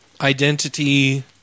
identity